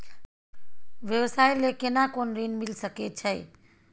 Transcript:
व्यवसाय ले केना कोन ऋन मिल सके छै?